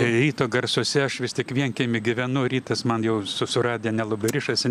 ryto garsuose aš vis tiek vienkiemy gyvenu rytas man jau su su radija nelabai rišasi